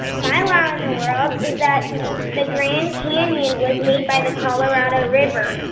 my wow in the world is that the grand canyon was made by the colorado river.